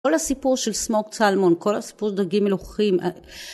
כל הסיפור של smoked salmon, כל הסיפור של דגים מלוחים, א...